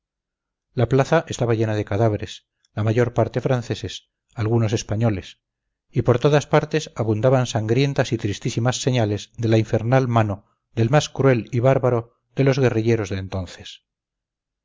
la plaza estaba llena de cadáveres la mayor parte franceses algunos españoles y por todas partes abundaban sangrientas y tristísimas señales de la infernal mano del más cruel y bárbaro de los guerrilleros de entonces